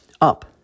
Up